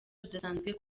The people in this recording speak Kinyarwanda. budasanzwe